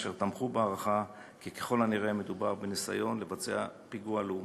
ואלה תמכו בהערכה כי ככל הנראה מדובר בניסיון לבצע פיגוע לאומני.